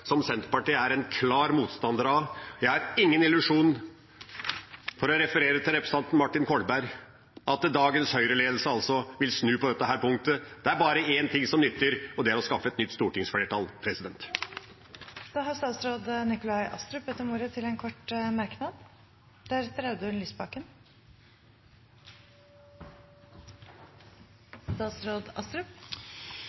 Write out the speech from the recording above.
som Senterpartiet er en klar motstander av. Jeg har ingen illusjoner – for å referere til representanten Martin Kolberg – om at dagens Høyre-ledelse vil snu på dette punktet. Det er bare én ting som nytter, og det er å skaffe et nytt stortingsflertall. Da har statsråd Nikolai Astrup bedt om ordet til en kort merknad.